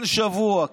אין שבוע,